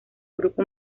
grupo